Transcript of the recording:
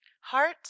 Heart